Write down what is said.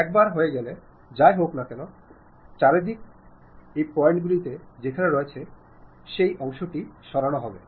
একবার হয়ে গেলে যাই হোক না কেন ছেদকারী পয়েন্টগুলি যেখানে রয়েছে সেই অংশটি সরানো হবে